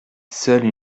seule